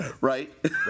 right